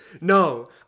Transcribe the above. No